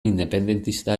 independentista